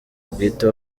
bwite